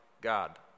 God